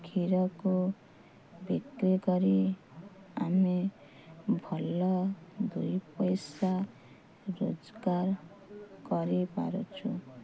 କ୍ଷୀରକୁ ବିକ୍ରି କରି ଆମେ ଭଲ ଦୁଇ ପଇସା ରୋଜଗାର କରିପାରୁଛୁ